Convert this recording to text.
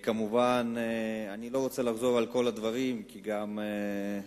אני לא רוצה לחזור על כל הדברים שנאמרו וגם סגן